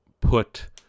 put